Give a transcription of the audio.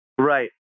Right